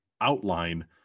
outline